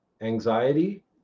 anxiety